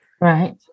Right